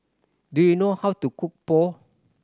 do you know how to cook Pho